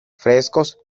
frescos